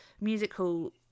musical